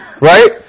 Right